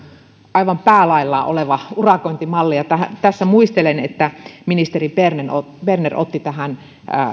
aivan päälaellaan oleva urakointimalli ja muistelen että ministeri berner otti tähän